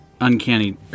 Uncanny